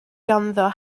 ganddo